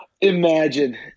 Imagine